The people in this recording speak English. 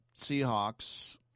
Seahawks